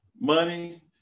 Money